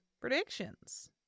predictions